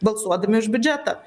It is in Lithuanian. balsuodami už biudžetą